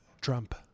Trump